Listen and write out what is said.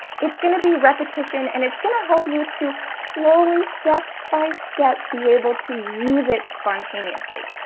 it's gonna be repetition and it's gonna help you to slowly step by step be able to use it spontaneously.